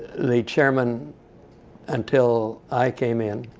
the chairman until i came in,